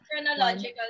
Chronological